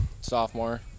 sophomore